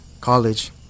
College